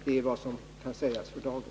Det är vad som kan sägas för dagen.